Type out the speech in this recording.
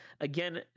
Again